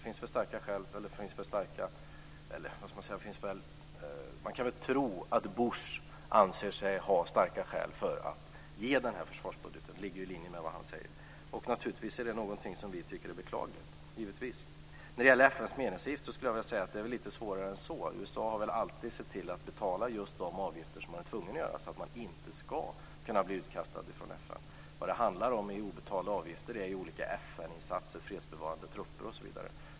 Man kan väl tro att Bush anser sig ha starka skäl för att anta den här försvarsbudgeten - det ligger i linje med vad han säger. Det är naturligtvis någonting som vi tycker är beklagligt. När det gäller FN:s medlemsavgift är det lite svårare än så. USA har alltid sett till att betala just de avgifter som man är tvungen att betala, så att man inte ska kunna bli utkastad från FN. Vad det handlar om är obetalda avgifter för olika FN-insatser, fredsbevarande trupper osv.